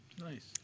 Nice